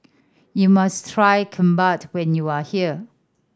you must try Kimbap when you are here